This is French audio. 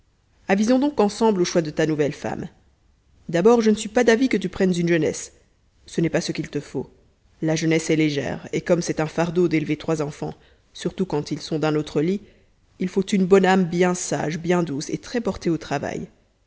avisons donc ensemble au choix de ta nouvelle femme d'abord je ne suis pas d'avis que tu prennes une jeunesse ce n'est pas ce qu'il te faut la jeunesse est légère et comme c'est un fardeau d'élever trois enfants surtout quand ils sont d'un autre lit il faut une bonne âme bien sage bien douce et très portée au travail